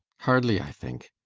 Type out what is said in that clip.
hardly, i think.